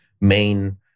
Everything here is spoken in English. main